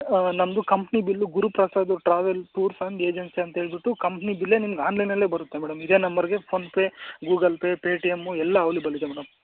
ನಮ್ಮದು company bill Guruprasad travel tours and agency ಅಂತ ಹೇಳ್ಬಿಟ್ಟು ಕಂಪ್ನಿ ಬಿಲ್ಲೇ ನಿಮ್ಗೆ ಆನ್ಲೈನಲ್ಲೇ ಬರುತ್ತೆ ಮೇಡಮ್ ಇದೇ ನಂಬರ್ಗೆ ಫೋನ್ಪೇ ಗೂಗಲ್ ಪೇ ಪೇಟಿಎಮ್ಮು ಎಲ್ಲ ಅವ್ಲಬಲಿದೆ ಮೇಡಮ್